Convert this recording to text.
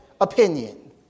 opinion